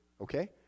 Okay